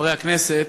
חברי הכנסת,